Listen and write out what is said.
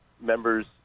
members